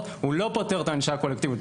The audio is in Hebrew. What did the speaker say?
הוא לא פותר את הענישה הקולקטיבית.